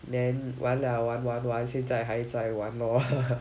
then 玩了玩玩玩现在还在玩 lor